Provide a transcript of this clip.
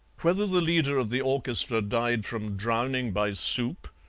whether the leader of the orchestra died from drowning by soup,